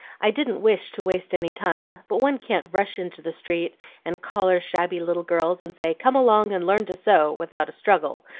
i didn't wish to waste any time, but one can't rush into the street and collar shabby little girls, and say, come along and learn to sew without a struggle,